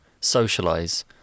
socialize